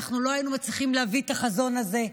אנחנו לא היינו מצליחים להביא את החזון הזה.